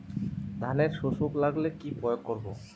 ধানের শোষক লাগলে কি প্রয়োগ করব?